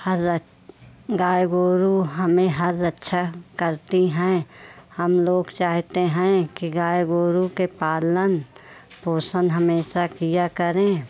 हर गाय गोरू हमें हर रक्षा करती हैं हम लोग चाहते हैं कि गाय गोरू के पालन पोषन हमेशा किया करें